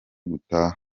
gutaha